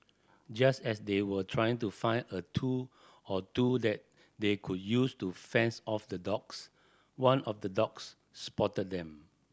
just as they were trying to find a tool or two that they could use to fends off the dogs one of the dogs spotted them